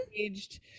engaged